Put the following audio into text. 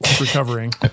recovering